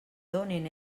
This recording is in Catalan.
donen